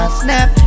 snap